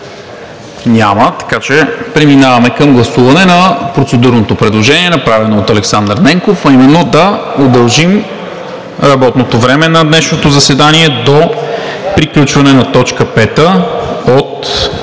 Няма, така че преминаваме към гласуване на процедурното предложение, направено от Александър Ненков, а именно да удължим работното време на днешното заседание до приключване на точка пета от